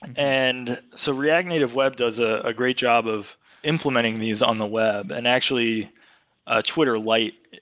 and so react native web does a great job of implementing these on the web and actually ah twitter lite,